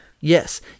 Yes